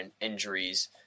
injuries